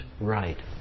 right